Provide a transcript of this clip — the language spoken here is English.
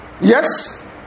Yes